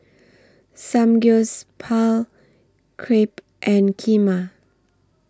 Samgyeopsal Crepe and Kheema